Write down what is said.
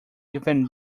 even